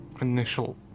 initial